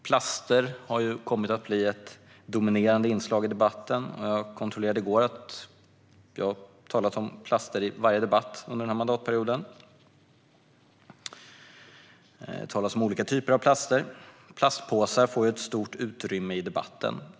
Plaster har kommit att bli ett dominerande inslag i debatten. Jag kontrollerade i går att vi har talat om plaster i varje debatt på detta område under denna mandatperiod. Det talas om olika typer av plaster. Plastpåsar får ett stort utrymme i debatten.